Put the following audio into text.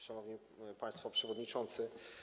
Szanowni Państwo Przewodniczący!